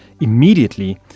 immediately